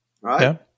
Right